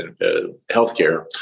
healthcare